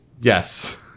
Yes